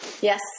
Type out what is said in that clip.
Yes